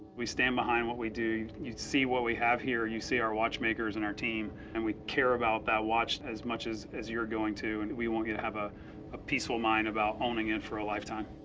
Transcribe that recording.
we stand behind what we do. you see what we have here you see our watchmakers and our team and we care about that watch as much as as you're going to and we want you to have ah a peaceful mind about owning it for a lifetime.